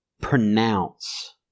pronounce